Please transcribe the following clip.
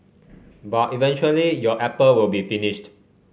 but eventually your apple will be finished